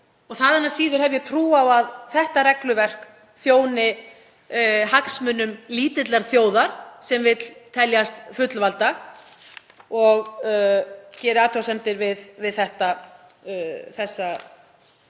þaðan af síður hef ég trú á að þetta regluverk þjóni hagsmunum lítillar þjóðar sem vill teljast fullvalda. Ég geri athugasemdir við þessa tilvísun.